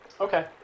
Okay